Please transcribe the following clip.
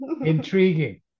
intriguing